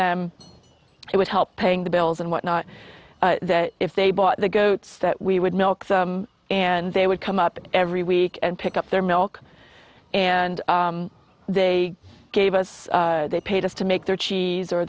them it would help paying the bills and whatnot that if they bought the goats that we would milk and they would come up every week and pick up their milk and they gave us they paid us to make their cheese or